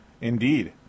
indeed